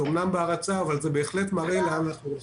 זה אמנם בהרצה אבל זה בהחלט מראה לאן אנחנו הולכים.